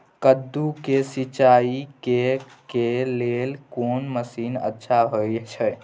कद्दू के सिंचाई करे के लेल कोन मसीन अच्छा होय छै?